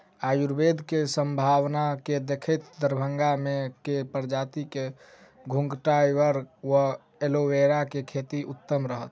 आयुर्वेद केँ सम्भावना केँ देखैत दरभंगा मे केँ प्रजाति केँ घृतक्वाइर वा एलोवेरा केँ खेती उत्तम रहत?